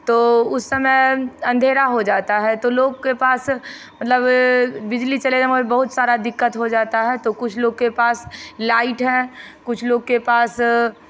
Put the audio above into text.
तो उस समय अंधेरा हो जाता है तो लोग के पास मतलब बिजली चलेगा मगर बहुत सारा दिक्कत हो जाता है तो कुछ लोग के पास लाइट है कुछ लोग के पास